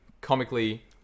comically